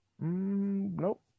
Nope